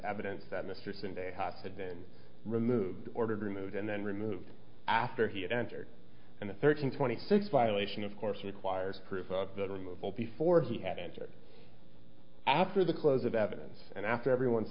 evidence that mr sunday had had been removed ordered removed and then removed after he had entered and the thirteen twenty six violation of course requires proof that removal before he had entered after the close of evidence and after everyone